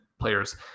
players